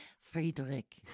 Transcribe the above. Friedrich